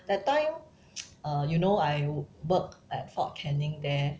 that time uh you know I work at Fort Canning there